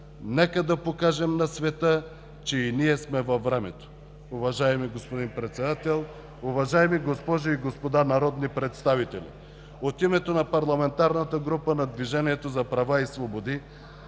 нека да покажем на света, че и ние сме във времето!” (Възгласи: Ееее от ГЕРБ и ОП.) Уважаеми господин Председател, уважаеми госпожи и господа народни представители! От името на парламентарната група на Движението за права и свободи